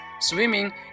swimming